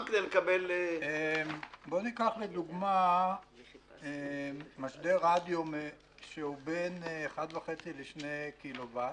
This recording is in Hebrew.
בוא ניקח לדוגמה משדר רדיו שהוא בין 1.5 ל-2 קילוואט,